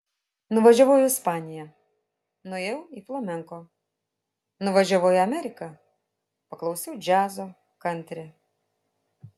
nuvažiavau į ispaniją nuėjau į flamenko nuvažiavau į ameriką paklausiau džiazo kantri